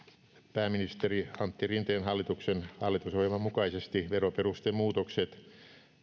pääministeri antti rinteen hallituksen hallitusohjelman mukaisesti veroperustemuutokset